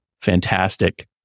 fantastic